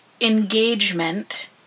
engagement